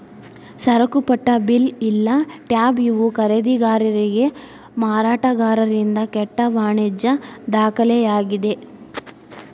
ಸರಕುಪಟ್ಟ bill ಇಲ್ಲಾ tab ಇವು ಖರೇದಿದಾರಿಗೆ ಮಾರಾಟಗಾರರಿಂದ ಕೊಟ್ಟ ವಾಣಿಜ್ಯ ದಾಖಲೆಯಾಗಿದೆ